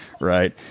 Right